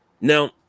Now